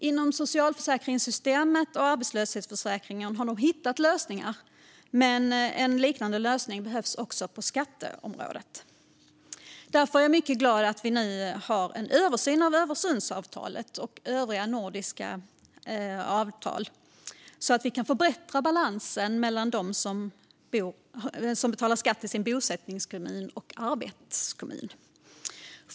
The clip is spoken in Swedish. Inom socialförsäkringssystemet och arbetslöshetsförsäkringen har man hittat lösningar, men en liknande lösning behövs också på skatteområdet. Därför är jag mycket glad över att vi nu har en översyn av Öresundsavtalet och övriga nordiska avtal så att vi kan förbättra balansen mellan dem som betalar skatt i sin bosättningskommun och sin arbetskommun.